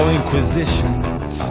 inquisitions